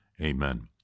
Amen